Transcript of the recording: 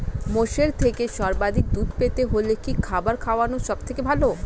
মোষের থেকে সর্বাধিক দুধ পেতে হলে কি খাবার খাওয়ানো সবথেকে ভালো?